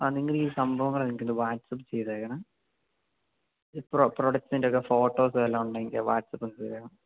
ആ നിങ്ങളീ സംഭവങ്ങള് എനിക്കൊന്നു വാട്സപ്പ് ചെയ്തേക്കണേ ഇപ്പോള് പ്രൊഡക്ടിൻ്റെയൊക്കെ ഫോട്ടോസ് വല്ലതുമുണ്ടെങ്കില് വാട്സപ്പൊന്നു ചെയ്യണം